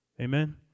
Amen